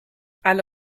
alle